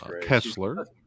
Kessler